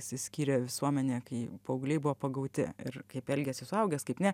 išsiskyrė visuomenė kai paaugliai buvo pagauti ir kaip elgiasi suaugęs kaip ne